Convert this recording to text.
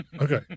Okay